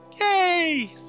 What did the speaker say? Yay